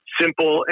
simple